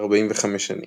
45 שנים.